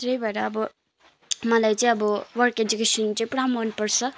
त्यही भएर अब मलाई चाहिँ अब वर्क एदुकेसन चाहिँ पुरा मन पर्छ